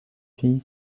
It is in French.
fille